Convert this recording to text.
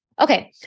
Okay